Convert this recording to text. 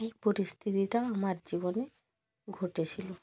এই পরিস্থিতিটা আমার জীবনে ঘটেছিলো